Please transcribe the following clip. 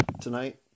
tonight